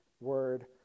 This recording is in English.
word